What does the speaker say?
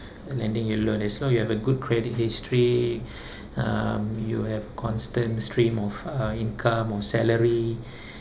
lending you loan as long you have a good credit history um you have constant stream of uh income or salary